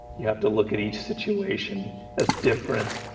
you have to look at each situation as different.